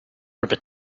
river